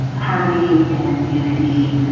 harmony and unity.